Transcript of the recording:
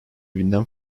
binden